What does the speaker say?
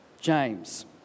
James